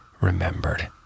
remembered